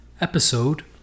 episode